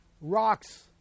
rocks